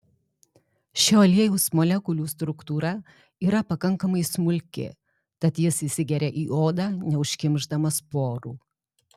šio aliejaus molekulių struktūra yra pakankamai smulki tad jis įsigeria į odą neužkimšdamas porų